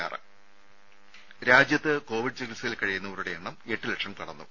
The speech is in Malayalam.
ദേദ രാജ്യത്ത് കോവിഡ് ചികിത്സയിൽ കഴിയുന്നവരുടെ എണ്ണം എട്ടു ലക്ഷം കടന്നു